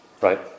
right